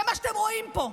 זה מה שאתם רואים פה.